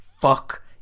fuck